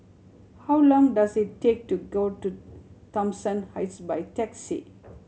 how long does it take to go to Thomson Heights by taxi